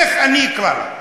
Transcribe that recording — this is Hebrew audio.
איך אני אקרא לה?